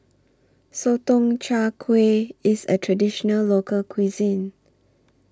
Sotong Char Kway IS A Traditional Local Cuisine